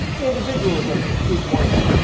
individualism is one of them,